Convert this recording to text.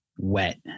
wet